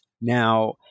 Now